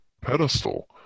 pedestal